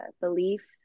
belief